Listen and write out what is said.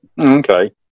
Okay